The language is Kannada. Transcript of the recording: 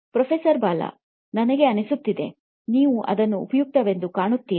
ಪ್ರೊಫೆಸರ್ ಬಾಲಾ ನನಗೆ ಅನ್ನಿಸುತ್ತದೆ ನೀವು ಅದನ್ನು ಉಪಯುಕ್ತವೆಂದು ಕಾಣುತ್ತೀರಿ